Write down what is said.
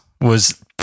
was-